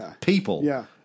people